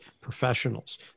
professionals